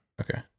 Okay